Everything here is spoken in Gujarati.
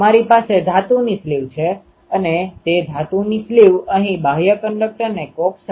તેથી વિવિધ મૂલ્યો માટે આ પેટર્નમાં વિવિધ મહત્તમ અને ન્યુનતમ હશે